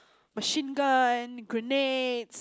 Machine Gun grenades